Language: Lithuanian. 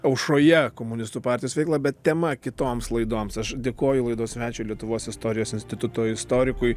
aušroje komunistų partijos veiklą bet tema kitoms laidoms aš dėkoju laidos svečiui lietuvos istorijos instituto istorikui